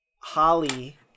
Holly